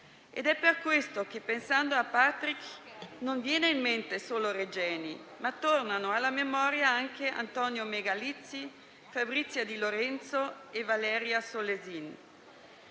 È per questo che, pensando a Patrick, non solo viene in mente Regeni, ma tornano alla memoria anche Antonio Megalizzi, Fabrizia Di Lorenzo e Valeria Solesin.